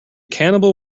cannibal